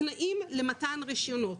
התנאים למתן רישיונות.